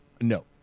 No